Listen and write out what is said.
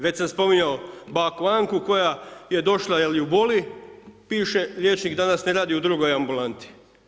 Već sam spominjao baku Anku koja je došla jer ju boli, piše liječnik danas ne radi, u drugoj je ambulanti.